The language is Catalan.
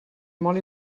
molt